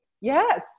yes